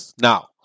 Now